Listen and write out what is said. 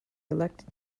elected